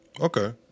Okay